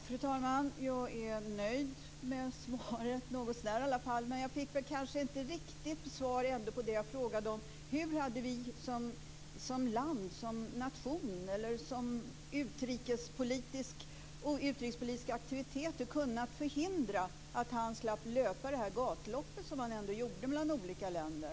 Fru talman! Jag är nöjd med svaret, någotsånär i alla fall. Men jag fick kanske inte riktigt svar på det jag frågade om vad gäller hur vi som land, som nation, i våra utrikespolitiska aktiviteter hade kunnat förhindra att han fått löpa det här gatloppet som han ändå tvingades till mellan olika länder.